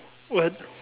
what